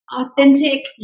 authentic